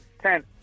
Ten